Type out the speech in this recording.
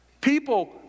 people